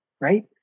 right